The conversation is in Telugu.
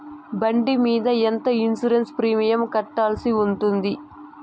బండి మీద ఎంత ఇన్సూరెన్సు ప్రీమియం కట్టాల్సి ఉంటుంది?